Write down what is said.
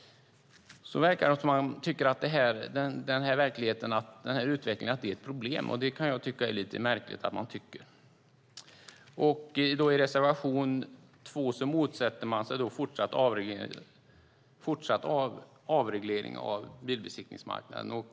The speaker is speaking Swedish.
- verkar det som om man tycker att den här utvecklingen är ett problem. Jag kan tycka att det är lite märkligt att man tycker det. I reservation 2 motsätter de sig fortsatt avreglering av bilbesiktningsmarknaden.